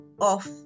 off